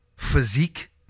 physique